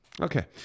Okay